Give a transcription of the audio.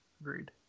agreed